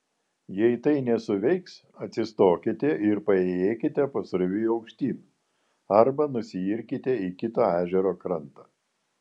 jei tai nesuveiks atsistokite ir paėjėkite pasroviui aukštyn arba nusiirkite į kitą ežero krantą